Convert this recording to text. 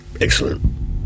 Excellent